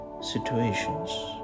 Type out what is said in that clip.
situations